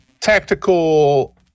tactical